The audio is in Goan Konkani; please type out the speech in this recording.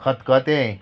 खतखतें